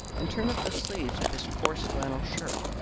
and, turning up the sleeves of his coarse flannel shirt,